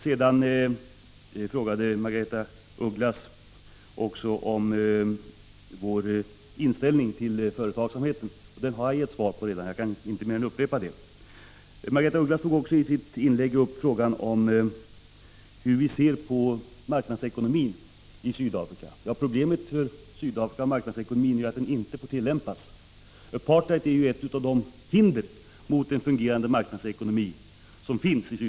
Sedan frågade Margaretha af Ugglas också om folkpartiets inställning till företagen. Den frågan har jag gett svar på redan. Margaretha af Ugglas tog också i sitt inlägg upp frågan om hur vi ser på marknadsekonomin i Sydafrika. Som vi ser det är ett problem att marknadsekonomin inte får tillämpas i Sydafrika. Apartheid är ju ett hinder mot en fungerande marknadsekonomi.